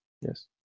yes